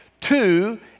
Two